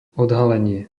odhalenie